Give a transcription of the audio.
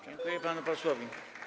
Dziękuję panu posłowi.